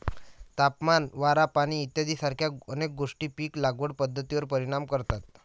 तापमान, वारा, पाणी इत्यादीसारख्या अनेक गोष्टी पीक लागवड पद्धतीवर परिणाम करतात